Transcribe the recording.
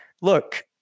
look